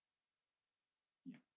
ya